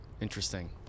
Interesting